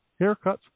haircuts